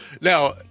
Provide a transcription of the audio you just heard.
now